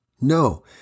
No